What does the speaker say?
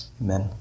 amen